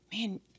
man